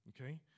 Okay